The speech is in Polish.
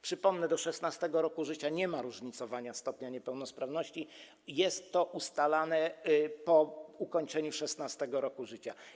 Przypomnę, że do 16. roku życia nie ma różnicowania stopnia niepełnosprawności, jest to ustalane po ukończeniu 16. roku życia.